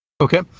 Okay